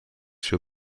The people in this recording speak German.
für